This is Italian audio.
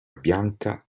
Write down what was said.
bianca